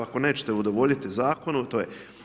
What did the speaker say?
Ako nećete udovoljiti zakonu to je.